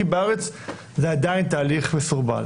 כי בארץ זה עדיין תהליך מסרבל.